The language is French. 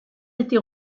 été